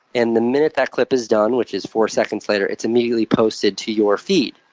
and the minute that clip is done, which is four seconds later, it's immediately posted to your feed.